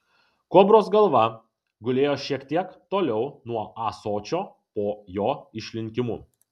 kobros galva gulėjo šiek tiek toliau nuo ąsočio po jo išlinkimu